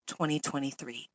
2023